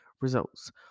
results